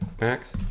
Max